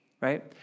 right